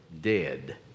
dead